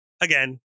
again